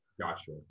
Gotcha